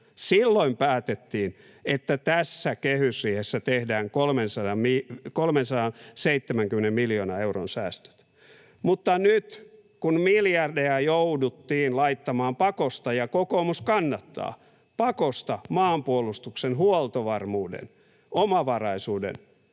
Silloin päätettiin, että tässä kehysriihessä tehdään 370 miljoonan euron säästöt. Mutta nyt, kun miljardeja jouduttiin laittamaan pakosta — ja kokoomus kannattaa — maanpuolustuksen, huoltovarmuuden, omavaraisuuden